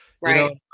Right